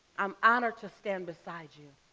i'm honored to stand beside you.